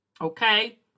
Okay